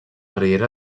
riera